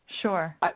Sure